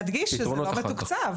להדגיש שזה לא מתוקצב.